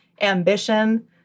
ambition